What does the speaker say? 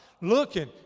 Looking